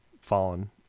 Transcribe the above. fallen